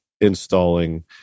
installing